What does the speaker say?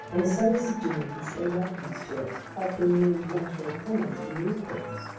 and the senator's doings in reference to it had been made matter of comment in the newspapers.